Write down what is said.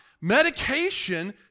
Medication